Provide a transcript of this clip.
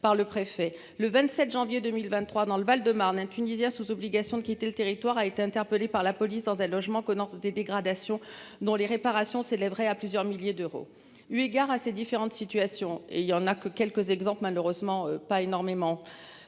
le 27 janvier 2023 dans le Val de Marne un Tunisien sous obligation de quitter le territoire a été interpellé par la police dans un logement, que des dégradations dont les réparations s'élèverait à plusieurs milliers d'euros. Eu égard à ces différentes situations et il y en a que quelques exemples, malheureusement pas énormément.